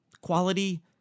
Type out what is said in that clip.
quality